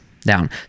down